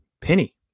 Penny